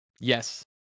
Yes